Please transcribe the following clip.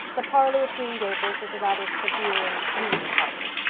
the parlor at green gables was a rather severe and gloomy apartment,